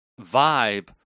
Vibe